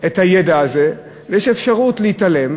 את הידע הזה, ויש אפשרות להתעלם